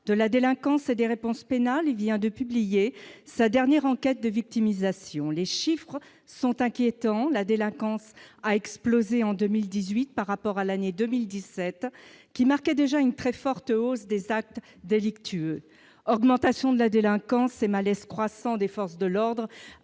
de la délinquance et des réponses pénales et vient de publier sa dernière enquête de victimisation, les chiffres sont inquiétants, la délinquance a explosé en 2018 par rapport à l'année 2017 qui marquait déjà une très forte hausse des actes délictueux, augmentation de la délinquance malaise croissant des forces de l'ordre,